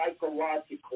psychological